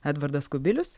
edvardas kubilius